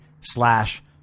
slash